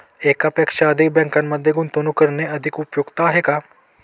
एकापेक्षा अधिक बँकांमध्ये गुंतवणूक करणे अधिक उपयुक्त आहे का?